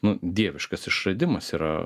nu dieviškas išradimas yra